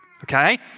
okay